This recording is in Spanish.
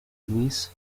lluís